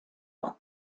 auch